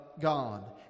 God